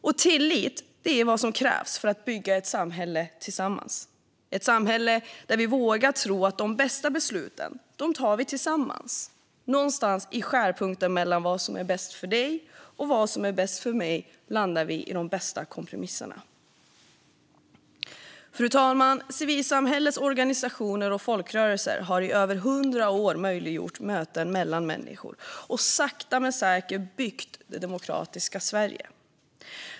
Och tillit är vad som krävs för att bygga ett samhälle tillsammans, ett samhälle där vi vågar tro att de bästa besluten är de vi fattar tillsammans. I skärningspunkten mellan vad som är bäst för dig och vad som är bäst för mig landar vi i de bästa kompromisserna. Fru talman! Civilsamhällets organisationer och folkrörelser har i över hundra år möjliggjort möten mellan människor och sakta men säkert byggt det demokratiska Sverige.